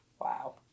Wow